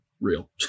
real